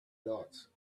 dots